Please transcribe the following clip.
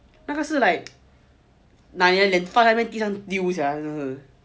那个是 like 拿你的脸放在地上就丢 sia 是不是